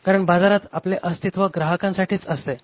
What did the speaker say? कारण बाजारात आपले अस्तित्व ग्राहकांसाठीच असते